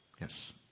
Yes